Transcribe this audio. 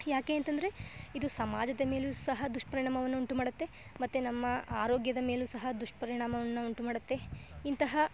ಯಾಕೆ ಅಂತಂದರೆ ಇದು ಸಮಾಜದ ಮೇಲೂ ಸಹ ದುಷ್ಪರಿಣಾಮವನ್ನು ಉಂಟು ಮಾಡುತ್ತೆ ಮತ್ತು ನಮ್ಮ ಆರೋಗ್ಯದ ಮೇಲೂ ಸಹ ದುಷ್ಪರಿಣಾಮವನ್ನು ಉಂಟು ಮಾಡುತ್ತೆ ಇಂತಹ